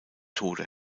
tode